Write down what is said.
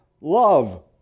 love